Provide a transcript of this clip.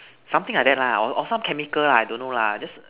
something like that lah or some chemical lah I don't know lah